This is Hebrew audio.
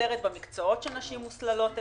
במקצועות שנשים מוסללות אליהם,